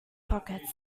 pockets